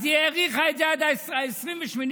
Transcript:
אז היא האריכה את זה עד 28 באוקטובר,